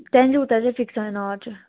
त्यहाँदेखि उता चाहिँ फिक्स छैन हजुर